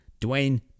Dwayne